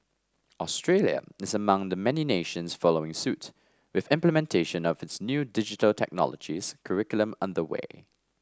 Australia is among the many nations following suit with implementation of its new Digital Technologies curriculum under way